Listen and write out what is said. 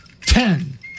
ten